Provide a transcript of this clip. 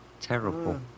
Terrible